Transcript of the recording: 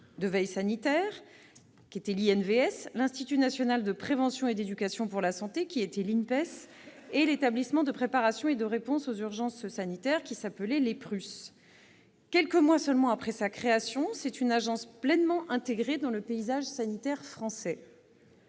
de veille sanitaire- l'InVS -, l'Institut national de prévention et d'éducation pour la santé- l'INPES -et l'Établissement de préparation et de réponse aux urgences sanitaires- l'EPRUS. Quelques mois seulement après sa création, cette agence est pleinement intégrée dans le paysage sanitaire français.